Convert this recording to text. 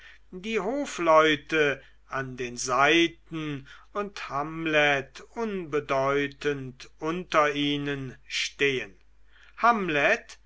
die hofleute an den seiten und hamlet unbedeutend unter ihnen stehen hamlet